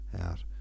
out